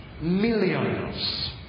millions